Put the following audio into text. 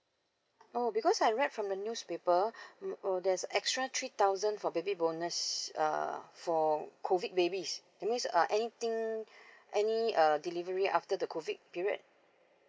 oh because I read from the newspaper um there's extra three thousand for baby bonus uh for COVID babies that means uh anything any uh delivery after the COVID period